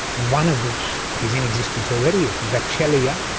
one of which is in existence already, it's vachelia,